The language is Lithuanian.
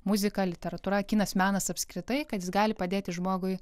muzika literatūra kinas menas apskritai kad jis gali padėti žmogui